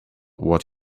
what